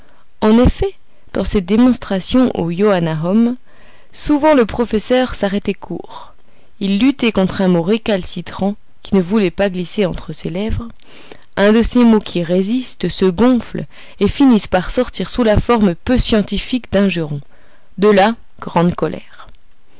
en effet dans ses démonstrations au johannaeum souvent le professeur s'arrêtait court il luttait contre un mot récalcitrant qui ne voulait pas glisser entre ses lèvres un de ces mots qui résistent se gonflent et finissent par sortir sous la forme peu scientifique d'un juron de là grande colère